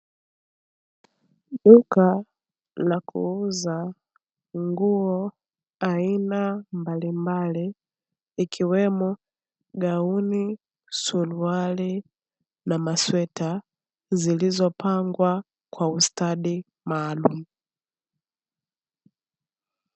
Duka la kuuza nguo aina mbalimbali ikiwemo gauni, suruali na masweta zilizopangwa kwa ustadi maalumu.